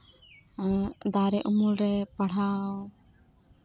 ᱫᱟᱨᱮ ᱩᱢᱩᱞᱨᱮ ᱯᱟᱲᱦᱟᱣ